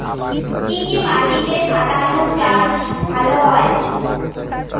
কি কি মাটিতে সাদা আলু চাষ ভালো হয়?